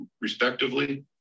respectively